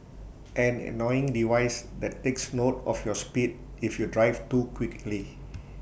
an annoying device that takes note of your speed if you drive too quickly